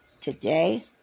today